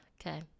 Okay